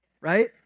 right